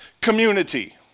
Community